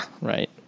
Right